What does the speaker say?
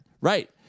right